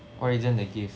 why is that the case